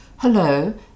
Hello